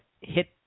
hit